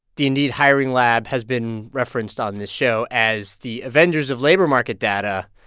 the indeed hiring lab has been referenced on this show as the avengers of labor market data,